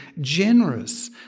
generous